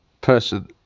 person